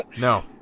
No